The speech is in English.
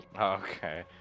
Okay